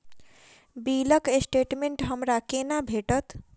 बिलक स्टेटमेंट हमरा केना भेटत?